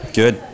good